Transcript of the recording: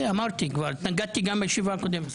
אמרתי כבר, התנגדתי גם בישיבה הקודמת.